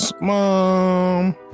mom